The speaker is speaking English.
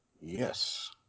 Yes